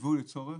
ייבוא לצורך?